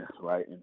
right